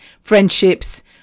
friendships